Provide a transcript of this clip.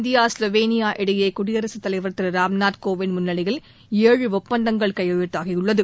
India Slovenia இடையேகுடியரசுத் தலைவர் திருராம்நாத் கோவிந்த் முன்னிலையில் ஏழு ஒப்பந்தங்கள் கையெழுத்தாகியுள்ளது